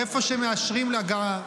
איפה שמאשרים הגעה.